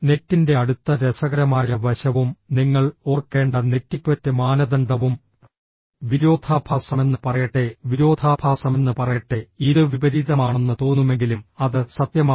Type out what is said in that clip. നെറ്റിൻ്റെ അടുത്ത രസകരമായ വശവും നിങ്ങൾ ഓർക്കേണ്ട നെറ്റിക്വറ്റ് മാനദണ്ഡവും വിരോധാഭാസമെന്നു പറയട്ടെ വിരോധാഭാസമെന്നു പറയട്ടെ ഇത് വിപരീതമാണെന്ന് തോന്നുമെങ്കിലും അത് സത്യമാണ്